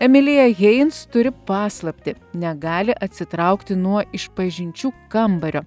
emilija heins turi paslaptį negali atsitraukti nuo išpažinčių kambario